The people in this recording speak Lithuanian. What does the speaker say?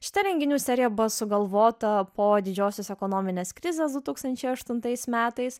šita renginių serija buvo sugalvota po didžiosios ekonominės krizės du tūkstančiai aštuntais metais